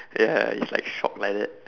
ya it's like shocked like that